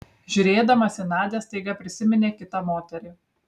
žiūrėdamas į nadią staiga prisiminė kitą moterį